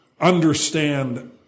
understand